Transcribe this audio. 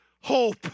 hope